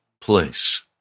place